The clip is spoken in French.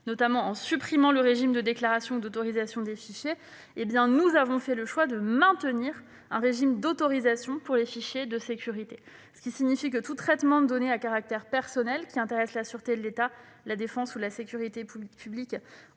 notamment en supprimant le régime de déclaration d'autorisation des fichiers, nous avons fait le choix de maintenir un régime d'autorisation pour les fichiers de sécurité. Cela signifie que tout traitement de données à caractère personnel qui intéresse la sûreté de l'État, la défense ou la sécurité publique,